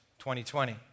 2020